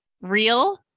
Real